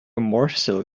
morsel